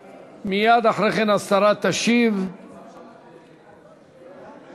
מתנגדים, שמונה בעד.